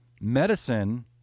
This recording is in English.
medicine